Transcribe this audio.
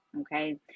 okay